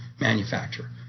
manufacture